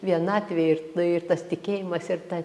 vienatvėj ir tai ir tas tikėjimas ir ta